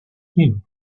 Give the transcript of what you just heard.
him